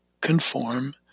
conform